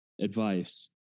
advice